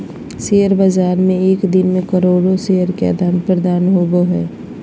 share बाज़ार में एक दिन मे करोड़ो शेयर के आदान प्रदान होबो हइ